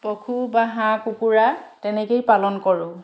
পশু বা হাঁহ কুকুৰা তেনেকেই পালন কৰোঁ